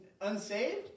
unsaved